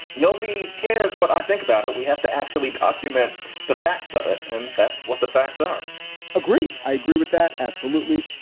nobody cares what i think about it. we have to actually document the facts of it. and that's what the facts are i agree. i agree with that. absolutely.